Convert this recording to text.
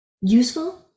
useful